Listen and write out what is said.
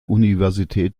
universität